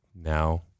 Now